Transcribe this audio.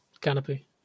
canopy